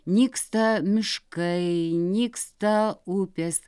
nyksta miškai nyksta upės